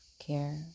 care